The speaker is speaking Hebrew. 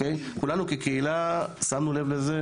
כולנו כקהילה שמנו לב לזה,